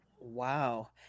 Wow